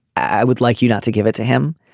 i would like you not to give it to him.